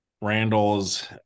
Randall's